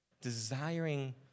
desiring